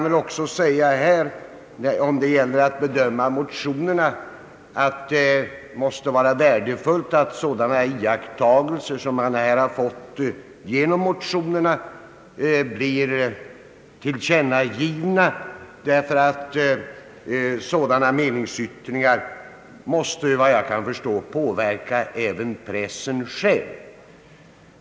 Vid bedömningen av motionerna måste det vara värdefullt att sådana iakttagelser som man fått genom motionerna blir tillkännagivna, därför att sådana meningsyttringar enligt vad jag kan förstå måste påverka även pressen själv.